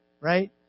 right